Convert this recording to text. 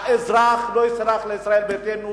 האזרח לא יסלח לישראל ביתנו,